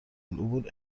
العبور